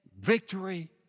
victory